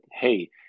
hey